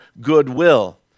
goodwill